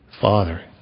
Father